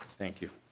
thank you.